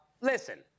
Listen